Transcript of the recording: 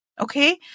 Okay